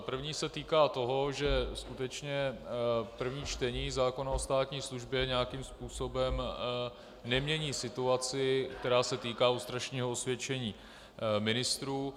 První se týká toho, že skutečně první čtení zákona o státní službě nějakým způsobem nemění situaci, která se týká lustračního osvědčení ministrů.